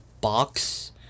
box